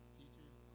teachers